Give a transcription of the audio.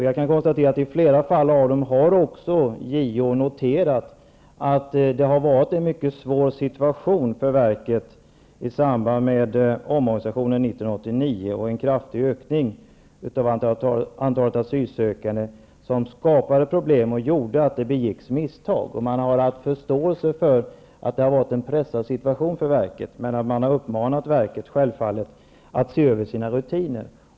Jag kan konstatera att JO i flera fall har noterat att det har varit en mycket svår situation för verket i samband med omorganisationen 1989 och en kraftig ökning av antalet asylsökande som skapade problem och ledde till att misstag begicks. JO har haft förståelse för att verket har haft en pressad situation. Men man har självfallet uppmanat verket att se över sina rutiner.